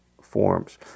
forms